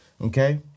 okay